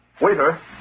Waiter